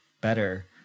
better